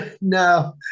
No